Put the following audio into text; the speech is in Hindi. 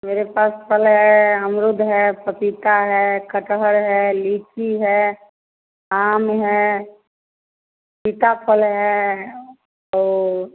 मेरे पास फल है अमरूद है पपीता है कटहल है लीची है आम है सीताफल है और